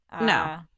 No